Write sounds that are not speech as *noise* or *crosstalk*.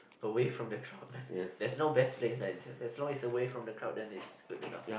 away from the crowd *breath* there's no best place man just as long is away from the crowd then is good enough